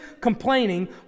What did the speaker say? complaining